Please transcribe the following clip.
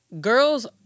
girls